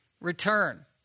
return